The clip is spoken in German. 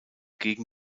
gegen